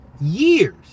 years